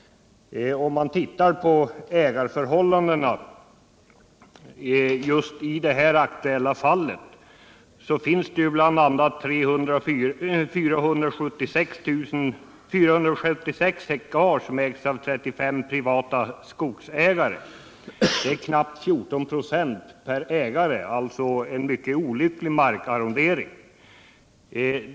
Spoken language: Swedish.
I det aktuella fallet gäller det 476 hektar som ägs av 35 privata skogsägare, eller knappt 14 hektar per ägare, alltså en mycket olycklig markarrondering.